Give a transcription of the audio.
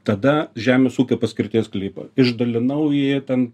tada žemės ūkio paskirties sklypą išdalinau jį ten